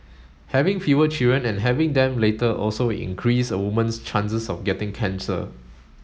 having fewer children and having them later also increase a woman's chances of getting cancer